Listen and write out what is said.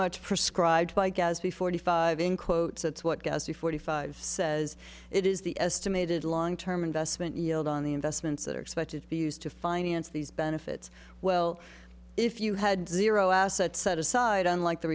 much prescribed by gadsby forty five in quotes that's what gets you forty five says it is the estimated long term investment yield on the investments that are expected to be used to finance these benefits well if you had zero assets set aside unlike the